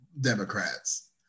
Democrats